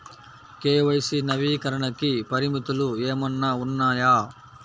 KYC నవీకరణకి పరిమితులు ఏమన్నా ఉన్నాయా?